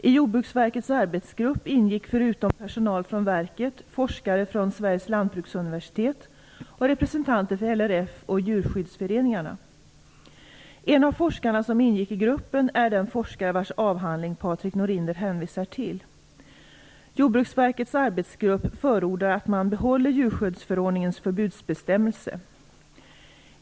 I Jordbruksverkets arbetsgrupp ingick, förutom personal från verket, forskare från Sveriges Lantbruksuniversitet och representanter för LRF och för djurskyddsföreningarna. En av forskarna som ingick i gruppen är den forskare vars avhandling Patrik Norinder hänvisar till. Jordbruksverkets arbetsgrupp förordar att man behåller djurskyddsförordningens förbudsbestämmelse.